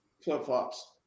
Flip-flops